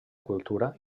cultura